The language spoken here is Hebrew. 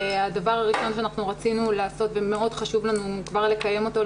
הדבר הראשון שרצינו ומאוד חשוב לנו כבר לקיים אותו,